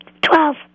Twelve